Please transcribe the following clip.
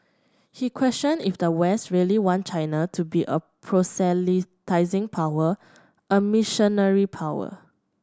he questioned if the West really want China to be a proselytising power a missionary power